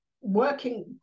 working